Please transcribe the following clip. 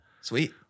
Sweet